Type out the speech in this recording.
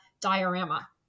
diorama